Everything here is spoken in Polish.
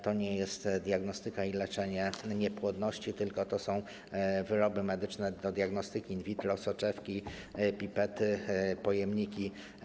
To nie jest diagnostyka i leczenie niepłodności, tylko to są wyroby medyczne do diagnostyki in vitro, soczewki, pipety i pojemniki.